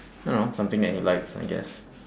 you know something that he likes I guess